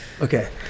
Okay